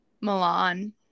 Milan